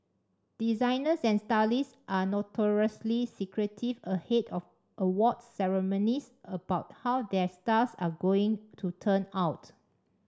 designers and stylists are notoriously secretive ahead of awards ceremonies about how their stars are going to turn out